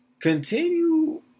Continue